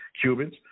Cubans